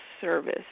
service